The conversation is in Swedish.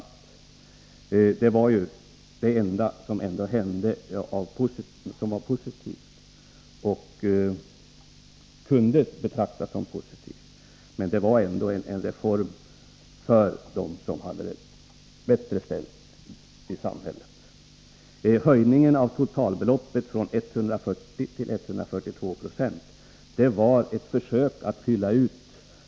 Men det var också det enda beslutet på detta område som kunde betraktas som positivt. Dock var det en reform som gynnade dem i samhället som hade det bättre ställt.